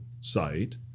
site